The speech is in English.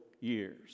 years